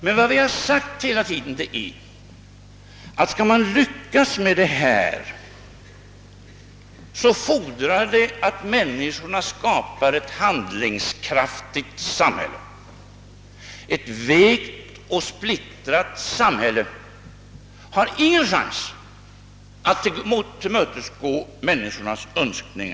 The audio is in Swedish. Och vi har hela tiden sagt, att om vi skall lyckas med det, fordras det att medborgarna själva skapar ett handlingskraftigt samhälle. Ett vekt och splittrat samhälle har ingen chans att tillgodose människornas önskemål.